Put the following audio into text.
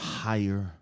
higher